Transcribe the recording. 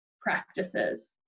practices